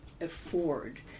afford